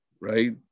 right